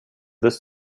this